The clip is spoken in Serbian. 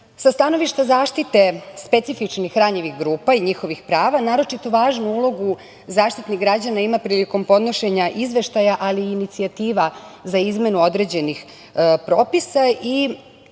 stanovišta zaštite specifičnih ranjivih grupa i njihovih prava, naročito važnu ulogu Zaštitnik građana ima prilikom podnošenja izveštaja, ali i inicijativa za izmenu određenih propisa.